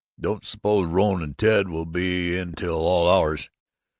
don't suppose rone and ted will be in till all hours.